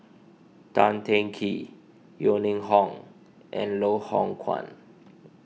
Tan Teng Kee Yeo Ning Hong and Loh Hoong Kwan